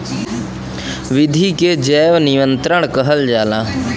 विधि के जैव नियंत्रण कहल जाला